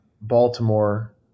Baltimore